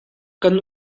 kan